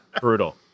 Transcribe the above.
Brutal